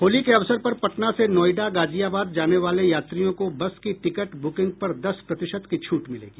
होली के अवसर पर पटना से नोएडा गाजियाबाद जाने वाले यात्रियों को बस की टिकट बुकिंग पर दस प्रतिशत की छूट मिलेगी